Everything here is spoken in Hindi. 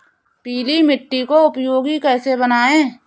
पीली मिट्टी को उपयोगी कैसे बनाएँ?